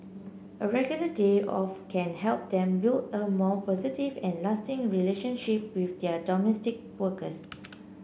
a regular day off can help them build a more positive and lasting relationship with their domestic workers